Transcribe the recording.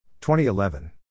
2011